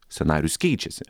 scenarijus keičiasi